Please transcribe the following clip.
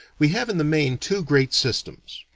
we have in the main two great systems.